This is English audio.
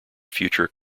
future